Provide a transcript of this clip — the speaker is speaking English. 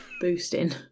boosting